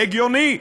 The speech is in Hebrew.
הגיוני,